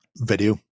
video